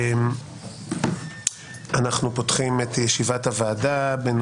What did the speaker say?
אני מתכבד לפתוח את ישיבת ועדת החוקה, חוק משפט.